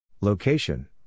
Location